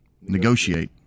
negotiate